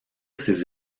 ses